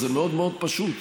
זה מאוד מאוד פשוט,